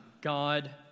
God